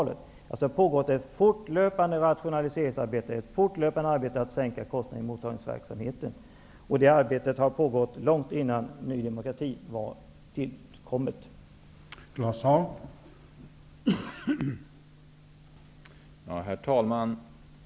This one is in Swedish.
Det har alltså pågått ett fortlöpande rationaliseringsarbete och ett fortlöpande arbete med att sänka kostnaderna i mottagningsverksamheten. Det arbetet påbörjades långt innan Ny demokrati kom till.